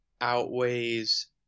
outweighs